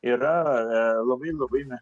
yra labai labai na